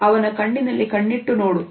ಅವನ ಕಣ್ಣಿನಲ್ಲಿ ಕಣ್ಣಿಟ್ಟು ನೋಡು